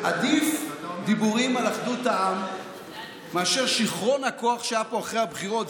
עדיף דיבורים על אחדות העם מאשר שיכרון הכוח שהיה פה אחרי הבחירות.